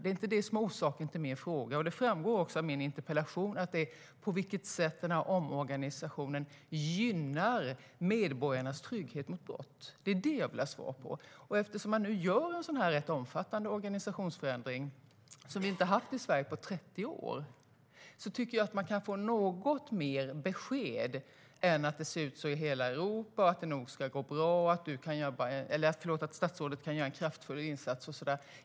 Det är inte orsaken till min fråga. Det framgår av min interpellation att jag undrar på vilket sätt omorganisationen gynnar medborgarnas trygghet mot brott. Det är vad jag vill ha svar på. Eftersom man gör en rätt omfattande organisationsförändring, som inte har skett på 30 år i Sverige, tycker jag att det går att ge något mer besked än att det ser ut så i hela Europa, att det nog ska gå bra och att statsrådet kan göra en kraftfull insats.